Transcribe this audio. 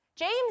James